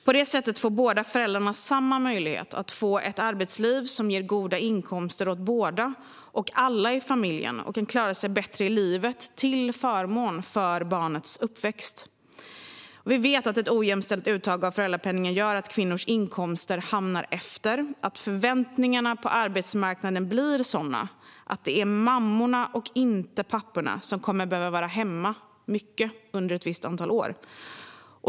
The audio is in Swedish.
På det sättet får båda föräldrarna samma möjlighet att få ett arbetsliv som ger goda inkomster åt båda, och alla i familjen kan klara sig bättre i livet till förmån för barnets uppväxt. Vi vet att ett ojämställt uttag av föräldrapenningen gör att kvinnors inkomster hamnar efter och att förväntningarna på arbetsmarknaden blir sådana att det är mammor och inte pappor som kommer att behöva vara hemma mycket under ett visst antal år.